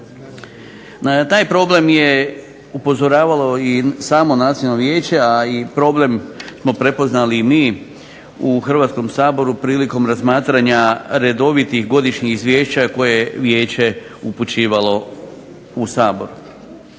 taj problem je upozoravalo i samo Nacionalno vijeće, a i problem smo prepoznali i mi u Hrvatskom saboru prilikom razmatranja redovitih godišnjih izvješća koje je vijeće upućivalo u Sabor.